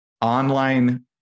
online